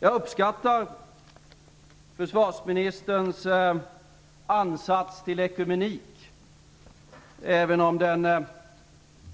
Jag uppskattar försvarsministerns ansats till ekumenik, även om den